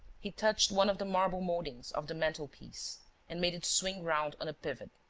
he touched one of the marble mouldings of the mantel-piece and made it swing round on a pivot.